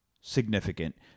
significant